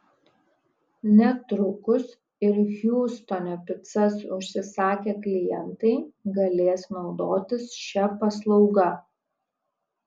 netrukus ir hjustone picas užsisakę klientai galės naudotis šia paslauga